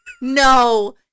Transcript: no